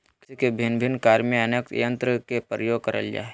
कृषि के भिन्न भिन्न कार्य में अनेक यंत्र के प्रयोग करल जा हई